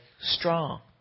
strong